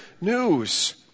news